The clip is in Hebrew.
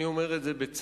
אני אומר את זה בצער,